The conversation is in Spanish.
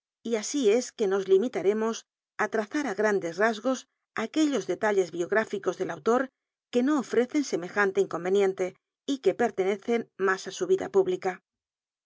y así es que nos limitaremos á trazar á grandes rasgos aquellos detalles biográficos tlel aulor que no ofrecen semejante inconrenientc y que pertenecen mas ú su vitla pül